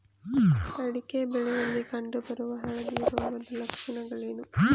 ಅಡಿಕೆ ಬೆಳೆಯಲ್ಲಿ ಕಂಡು ಬರುವ ಹಳದಿ ರೋಗದ ಲಕ್ಷಣಗಳೇನು?